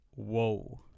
Whoa